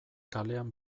kalean